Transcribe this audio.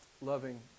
loving